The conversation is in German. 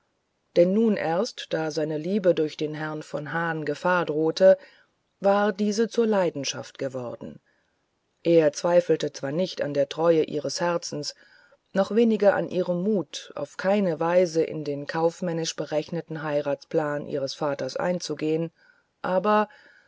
denn nun erst da seiner liebe durch den herrn von hahn gefahr drohte war diese zur leidenschaft geworden er zweifelte zwar nicht an der treue ihres herzens noch weniger an ihrem mut auf keine weise in den kaufmännisch berechneten heiratsplan ihres vaters einzugehen aber